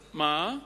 חוק,